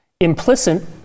implicit